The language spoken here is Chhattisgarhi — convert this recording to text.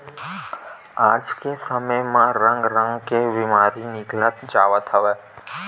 आज के समे म रंग रंग के बेमारी निकलत जावत हवय